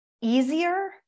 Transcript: easier